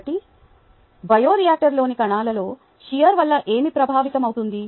కాబట్టి బయోరియాక్టర్లోని కణాలలో షియర్ వల్ల ఏమి ప్రభావితమవుతుంది